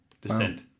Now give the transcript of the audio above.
descent